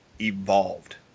evolved